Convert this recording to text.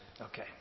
Okay